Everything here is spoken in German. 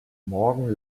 morgen